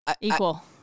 equal